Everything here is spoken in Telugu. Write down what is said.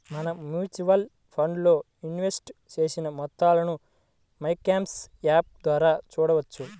మనం మ్యూచువల్ ఫండ్స్ లో ఇన్వెస్ట్ చేసిన మొత్తాలను మైక్యామ్స్ యాప్ ద్వారా చూడవచ్చు